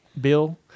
bill